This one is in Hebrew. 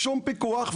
שום פיקוח.